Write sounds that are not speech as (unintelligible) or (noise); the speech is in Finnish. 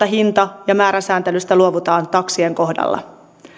(unintelligible) hinta ja määräsääntelystä luovutaan taksien kohdalla